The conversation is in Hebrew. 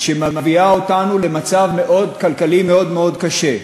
שמביאה אותנו למצב כלכלי מאוד מאוד קשה,